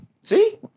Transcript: see